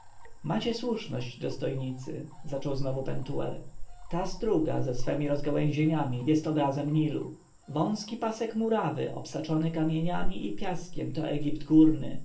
macie słuszność dostojnicy zaczął znowu pentuer ta struga ze swemi rozgałęzieniami jest obrazem nilu wąski pasek murawy obsaczony kamieniami i piaskiem to egipt